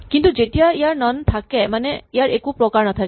কিন্তু যেতিয়া ইয়াৰ নন থাকে মানে ইয়াৰ একো প্ৰকাৰ নাথাকে